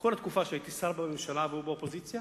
כל התקופה שהייתי שר בממשלה, והוא באופוזיציה,